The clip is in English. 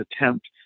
attempt